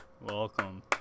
Welcome